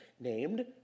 named